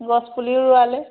গছপুলিও ৰোৱালে